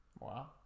Wow